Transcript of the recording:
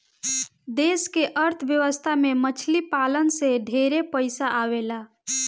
देश के अर्थ व्यवस्था में मछली पालन से ढेरे पइसा आवेला